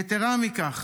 יתרה מזו,